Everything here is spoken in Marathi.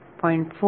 4 0